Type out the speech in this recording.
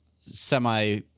semi